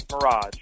Mirage